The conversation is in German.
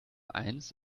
eins